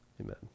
Amen